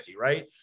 right